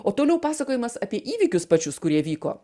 o toliau pasakojimas apie įvykius pačius kurie vyko